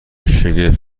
شگفت